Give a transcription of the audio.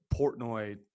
Portnoy